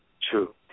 True